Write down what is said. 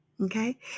Okay